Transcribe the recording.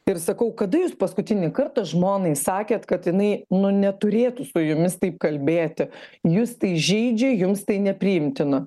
ir sakau kada jūs paskutinį kartą žmonai sakėt kad jinai nu neturėtų su jumis taip kalbėti jus tai žeidžia jums tai nepriimtina